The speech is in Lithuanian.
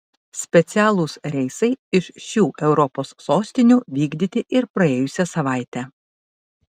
specialūs reisai iš šių europos sostinių vykdyti ir praėjusią savaitę